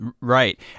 Right